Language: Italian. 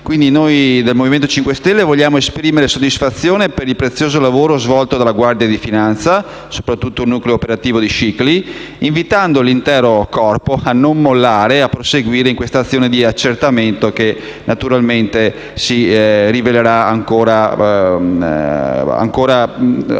enorme. Noi del Movimento 5 Stelle vogliamo esprimere soddisfazione per il prezioso lavoro svolto dalla Guardia di finanza, soprattutto dal nucleo operativo di Scicli, invitando l'intero corpo a non mollare e a proseguire in questa azione di accertamento, che probabilmente avrà altre fasi.